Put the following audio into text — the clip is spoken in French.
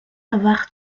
avoir